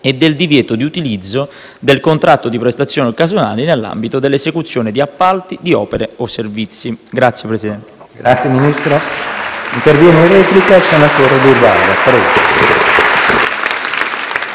e del divieto di utilizzo del contratto di prestazione occasionale nell'ambito dell'esecuzione di appalti di opere o servizi. *(Applausi